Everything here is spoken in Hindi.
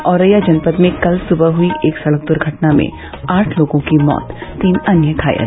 औरैया जनपद में कल सुबह हुई एक सड़क दुर्घटना में आठ लोगों की मौत तीन अन्य घायल